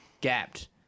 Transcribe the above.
gapped